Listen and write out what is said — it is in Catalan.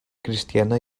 cristiana